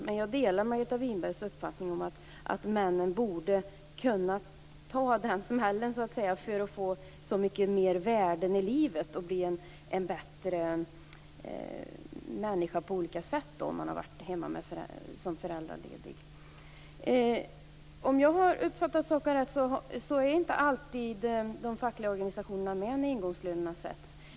Men jag delar Margareta Winbergs uppfattning att männen borde kunna ta den smällen för att få så mycket mer värden i livet och bli en bättre människa på olika sätt genom att ha varit hemma som föräldraledig. Om jag har uppfattat saken rätt är inte alltid de fackliga organisationerna med när ingångslönerna sätts.